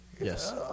Yes